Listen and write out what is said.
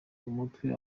umutwe